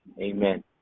Amen